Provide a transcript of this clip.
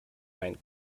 find